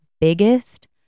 biggest